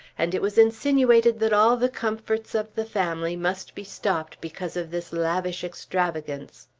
and it was insinuated that all the comforts of the family must be stopped because of this lavish extravagance.